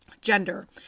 gender